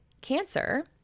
cancer